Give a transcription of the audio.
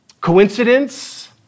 Coincidence